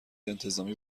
انتظامی